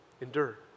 Endure